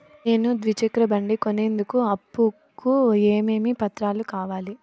నేను ద్విచక్ర బండి కొనేందుకు అప్పు కు ఏమేమి పత్రాలు కావాలి?